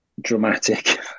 dramatic